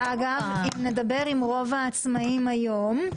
אם נדבר עם רוב העצמאיים היום,